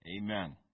Amen